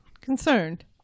Concerned